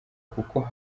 kuko